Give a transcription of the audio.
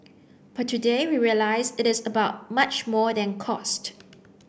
but today we realise it is about much more than cost